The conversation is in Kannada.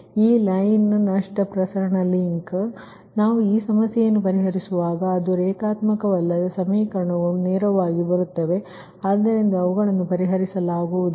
ಆದ್ದರಿಂದ ನಾವು ಈ ಸಮಸ್ಯೆಯನ್ನು ಪರಿಹರಿಸುವಾಗ ಅದು ರೇಖಾತ್ಮಕವಲ್ಲದ ಸಮೀಕರಣಗಳು ನೇರವಾಗಿ ಬರುತ್ತವೆ ಆದರಿಂದ ಪರಿಹರಿಸಲು ಆಗುವುದಿಲ್ಲ